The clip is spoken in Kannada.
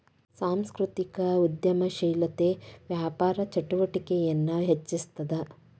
ಸಾಂಸ್ಕೃತಿಕ ಉದ್ಯಮಶೇಲತೆ ವ್ಯಾಪಾರ ಚಟುವಟಿಕೆನ ಹೆಚ್ಚಿಸ್ತದ